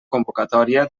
convocatòria